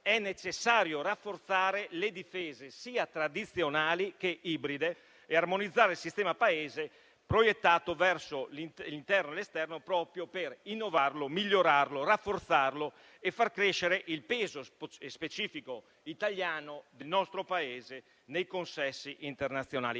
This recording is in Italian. è necessario rafforzare le difese sia tradizionali che ibride, e armonizzare il sistema Paese proiettato verso interno e l'esterno, proprio per innovarlo, migliorarlo, rafforzarlo e far crescere il peso specifico del nostro Paese nei consessi internazionali.